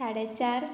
साडे चार